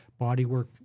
bodywork